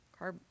carb